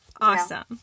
Awesome